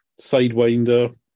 sidewinder